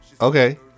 Okay